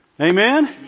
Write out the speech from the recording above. Amen